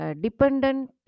dependent